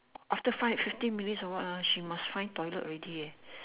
after five fifteen minutes or what ah she must find toilet already eh